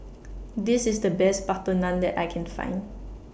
This IS The Best Butter Naan that I Can Find